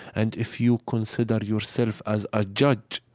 and if you consider yourself as a judge,